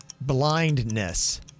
Blindness